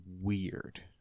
weird